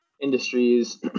industries